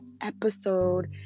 episode